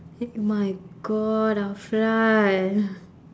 my god afar